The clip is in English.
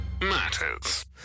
matters